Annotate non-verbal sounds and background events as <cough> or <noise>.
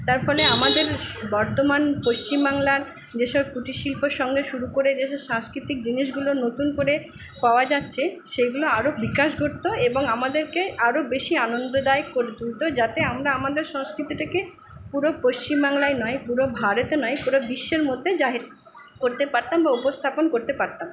তার ফলে আমাদের বর্তমান পশ্চিমবাংলার যেসব কুটিরশিল্পর সঙ্গে শুরু করে যেসব সাংস্কৃতিক জিনিসগুলো নতুন করে পাওয়া যাচ্ছে সেগুলো আরও বিকাশ ঘটত এবং আমাদেরকে আরও বেশি আনন্দদায়ক করে তুলত যাতে আমরা আমাদের সংস্কৃতিটাকে পুরো পশ্চিমবাংলায় নয় পুরো ভারতে নয় <unintelligible> পুরো বিশ্বের মধ্যে জাহির করতে পারতাম বা উপস্থাপন করতে পারতাম